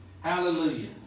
Hallelujah